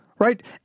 Right